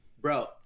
Bro